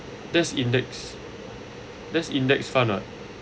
that's index that's index fund ah